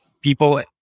people